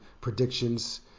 predictions